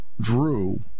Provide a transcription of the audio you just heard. drew